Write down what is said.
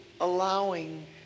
allowing